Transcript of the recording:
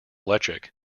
electric